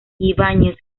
ibáñez